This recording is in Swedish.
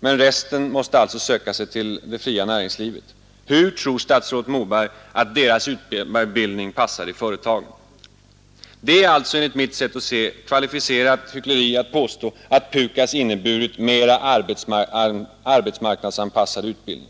Men resten måste söka sig till det fria näringslivet. Hur tror statsrådet Moberg att deras utbildning passar i företagen? Det är alltså enligt mitt sätt att se ett kvalificerat hyckleri att påstå att PUKAS inneburit mera arbetsmarknadsanpassad utbildning.